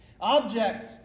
Objects